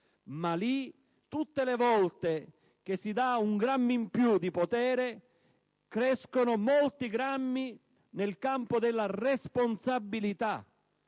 caso tutte le volte che si dà un grammo in più di potere si danno molti grammi nel campo della responsabilità: